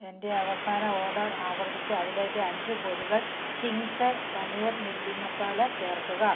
എന്റെ അവസാന ഓർഡർ ആവർത്തിച്ച് അതിലേക്ക് അഞ്ച് പൊതികൾ ചിംഗ്സ് പനീർ ചില്ലി മസാല ചേർക്കുക